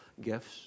gifts